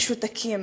משותקים.